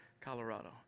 Colorado